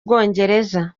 bwongereza